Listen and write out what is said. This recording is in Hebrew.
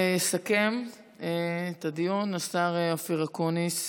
יסכם את הדיון השר אופיר אקוניס,